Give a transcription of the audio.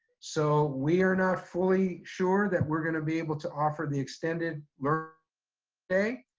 so we are not fully sure that we're going to be able to offer the extended learning day.